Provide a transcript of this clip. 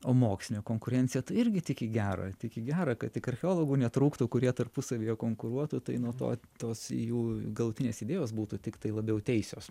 o mokslinė konkurencija irgi tik į gera tik į gera kad tik archeologų netrūktų kurie tarpusavyje konkuruotų tai nuo to tos jų galutinės idėjos būtų tiktai labiau teisios